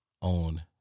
on